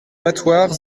battoirs